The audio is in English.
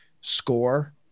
score